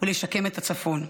ולשקם את הצפון.